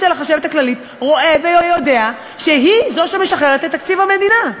רואה ויודע שהיא זו שמשחררת את תקציב המדינה.